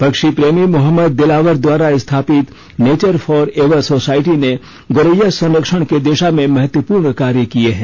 पक्षी प्रेमी मोहम्मद दिलावर द्वारा स्थापित नेचर फॉरएवर सोसाइटी ने गोरैया संरक्षण की दिशा में महत्वपूर्ण कार्य किए हैं